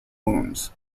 wounds